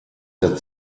der